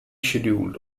scheduled